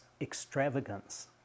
extravagance